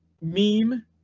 meme